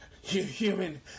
human